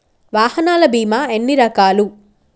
వాహనాల బీమా ఎన్ని రకాలు?